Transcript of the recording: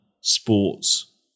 sports